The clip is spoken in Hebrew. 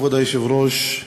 כבוד היושב-ראש,